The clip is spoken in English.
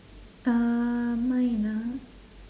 uh mine ah